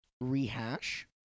rehash